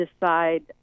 decide